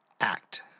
act